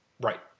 right